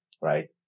right